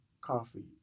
coffee